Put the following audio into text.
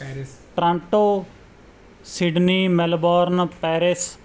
Paris Toronto Sydney Melbourne Paris